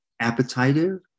appetitive